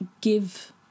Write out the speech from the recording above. give